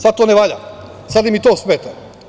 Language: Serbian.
Sad to ne valja, sad im i to smeta.